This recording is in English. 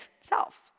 self